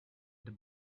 the